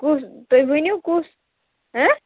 کُس تُہۍ ؤنِو کُس ہہ